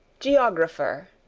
geographer,